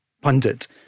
pundit